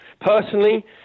Personally